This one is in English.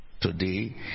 today